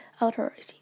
Authority